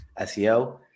SEO